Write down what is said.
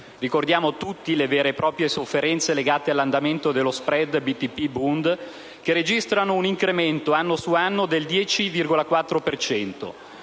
(ricordiamo tutti le vere e proprie sofferenze legate all'andamento dello *spread* BTP-BUND), che registrano un incremento anno su anno del 10,4